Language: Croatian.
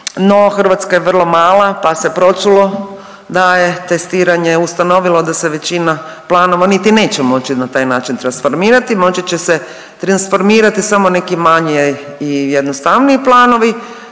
No, Hrvatska je vrlo mala pa se pročulo da je testiranje ustanovilo da se većina planova niti neće moći na taj način transformirati. Moći će se transformirati samo neki manji i jednostavniji planovi.